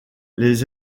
les